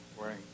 wearing